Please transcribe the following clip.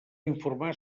informar